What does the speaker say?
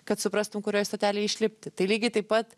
kad suprastum kurioje stotelėje išlipti tai lygiai taip pat